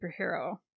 superhero